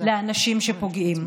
לאנשים שפוגעים.